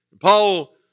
Paul